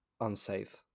unsafe